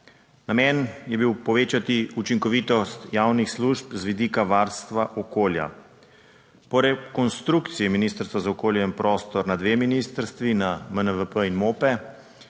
Namen je bil povečati učinkovitost javnih služb z vidika varstva okolja. Po rekonstrukciji ministrstva za okolje in prostor na dve ministrstvi, na MNVP in MOPE,